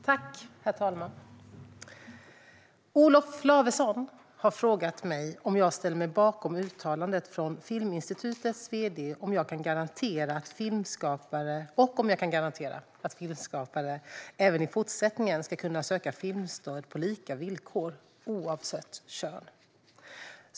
Herr talman! Olof Lavesson har frågat mig om jag ställer mig bakom uttalandet från Filminstitutets vd och om jag kan garantera att filmskapare även i fortsättningen ska kunna söka filmstöd på lika villkor, oavsett kön.